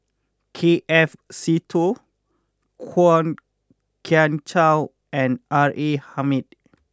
K F Seetoh Kwok Kian Chow and R A Hamid